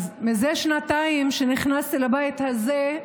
אז מזה שנתיים מאז שנכנסתי לבית הזה,